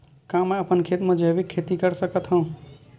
का मैं अपन खेत म जैविक खेती कर सकत हंव?